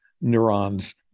neurons